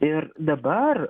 ir dabar